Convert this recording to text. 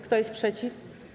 Kto jest przeciw?